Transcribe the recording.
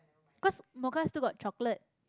cause mocha still got chocolate